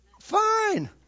Fine